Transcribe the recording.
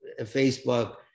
Facebook